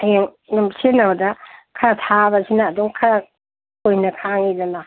ꯍꯌꯦꯡ ꯑꯗꯨꯝ ꯁꯤꯖꯟꯅꯕꯗ ꯈꯔ ꯊꯥꯕꯁꯤꯅ ꯑꯗꯨꯝ ꯈꯔ ꯀꯨꯏꯅ ꯈꯥꯡꯉꯤꯗꯅ